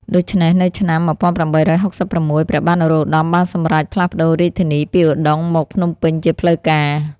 ដូច្នេះ នៅឆ្នាំ ១៨៦៦ ព្រះបាទនរោត្តមបានសម្រេចផ្លាស់ប្តូររាជធានីពីឧដុង្គមកភ្នំពេញជាផ្លូវការ។